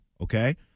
okay